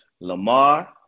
Lamar